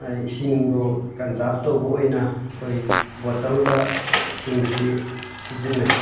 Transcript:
ꯏꯁꯤꯡꯕꯨ ꯀꯟꯖꯥꯔꯕ ꯇꯧꯕ ꯑꯣꯏꯅ ꯑꯩꯈꯣꯏ ꯕꯣꯇꯜꯗ ꯏꯁꯤꯡꯁꯤ ꯁꯤꯖꯤꯟꯅꯩ